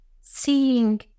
seeing